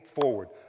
forward